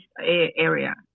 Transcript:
area